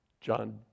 John